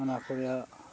ᱚᱱᱟ ᱠᱷᱚᱱᱟᱜ